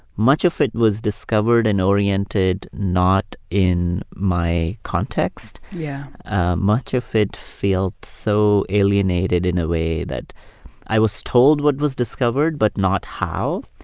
much of it was discovered and oriented not in my context yeah much of it felt so alienated in a way, that i was told what was discovered but not how.